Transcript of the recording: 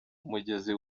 umugezi